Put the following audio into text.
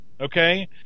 Okay